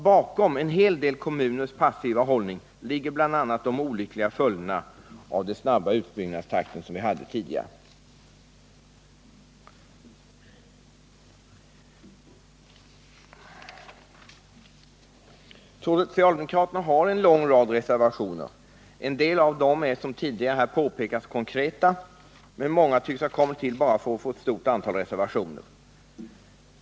Bakom en hel del kommuners passiva hållning ligger bl.a. de olyckliga följderna av den tidigare snabba utbyggnadstakten. Socialdemokraterna har en lång rad reservationer. En del av dem är, som tidigare påpekats, konkreta, men många tycks ha tillkommit bara för att man skall få många reservationer.